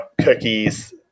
cookies